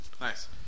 Nice